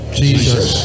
jesus